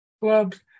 clubs